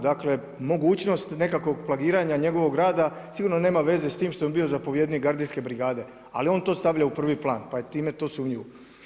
Dakle mogućnost nekakvog plagiranja njegovog rada sigurno nema veze s tim što je on bio zapovjednik gardijske brigade, ali on to stavlja u prvi plan, pa je time to sumnjivo.